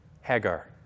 Hagar